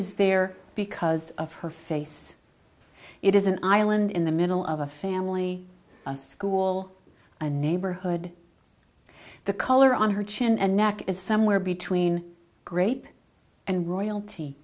is there because of her face it is an island in the middle of a family a school a neighborhood the color on her chin and neck is somewhere between grape and royalty